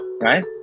right